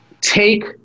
take